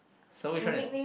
so which one is